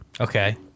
Okay